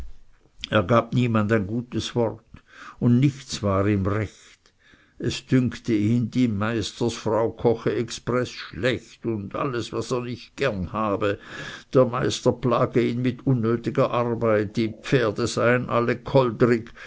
er gab niemand ein gutes wort und nichts war ihm recht es dünkte ihn die meisterfrau koche expreß schlecht und alles was er nicht gerne habe der meister plage ihn mit unnötiger arbeit die pferde seien alle